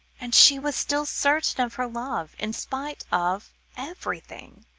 and she was still certain of her love in spite of everything!